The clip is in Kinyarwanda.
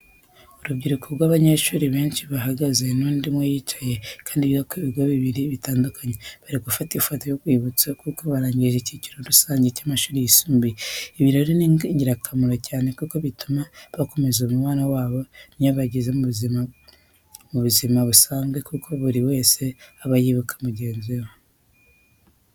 Urubyiruko rw'abanyeshuri benshi bahagaze n'undi umwe wicaye, kandi biga ku bigo bibiri bitandukanye bari gufata ifoto y'urwibutso kuko barangije icyiciro rusange cy'amashuri yisumbuye. Ibi rero ni ingirakamaro cyane kuko bituma bakomeza umubano wabo n'iyo bageze hanze mu buzima busanzwe kuko buri wese aba yibuka mugenzi we.